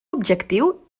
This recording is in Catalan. objectiu